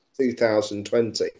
2020